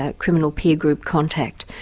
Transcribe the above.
ah criminal peer group contact.